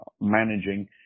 managing